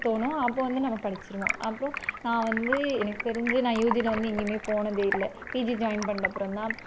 தோணும் அப்போ வந்து நம்ம படிச்சுடுவோம் அப்புறம் நான் வந்து எனக்கு தெரிஞ்சி நான் யூஜியில் வந்து எங்கேயுமே போனது இல்லை பிஜி ஜாயின் பண்ணப்பறம்தான்